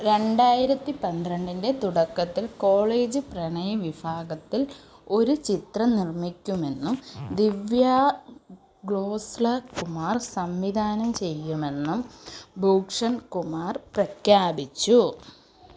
രണ്ടായിരത്തി പന്ത്രണ്ടിൻ്റെ തുടക്കത്തിൽ കോളേജ് പ്രണയ വിഭാഗത്തിൽ ഒരു ചിത്രം നിർമ്മിക്കുമെന്നും ദിവ്യ ഖോസ്ല കുമാർ സംവിധാനം ചെയ്യുമെന്നും ഭൂക്ഷൺ കുമാർ പ്രഖ്യാപിച്ചു